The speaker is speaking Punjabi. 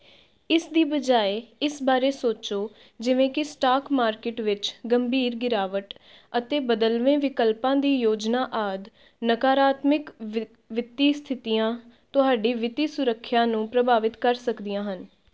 ਇਸ ਦੀ ਬਜਾਏ ਇਸ ਬਾਰੇ ਸੋਚੋ ਜਿਵੇਂ ਕਿ ਸਟਾਕ ਮਾਰਕੀਟ ਵਿੱਚ ਗੰਭੀਰ ਗਿਰਾਵਟ ਅਤੇ ਬਦਲਵੇਂ ਵਿਕਲਪਾਂ ਦੀ ਯੋਜਨਾ ਆਦਿ ਨਕਾਰਾਤਮਕ ਵਿ ਵਿੱਤੀ ਸਥਿਤੀਆਂ ਤੁਹਾਡੀ ਵਿੱਤੀ ਸੁਰੱਖਿਆ ਨੂੰ ਪ੍ਰਭਾਵਿਤ ਕਰ ਸਕਦੀਆਂ ਹਨ